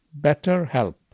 BetterHelp